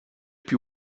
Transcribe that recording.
più